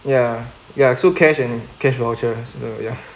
ya ya so cash and cash vouchers so ya